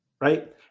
right